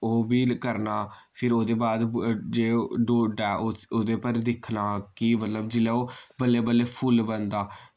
ओह् बी करना फिर ओह्दे बाद जे डोडा ओह्दे पर दिक्खना कि मतलब जिल्लै ओह् बल्लेंं बल्ले फुल्ल बनदा